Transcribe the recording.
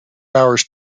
hours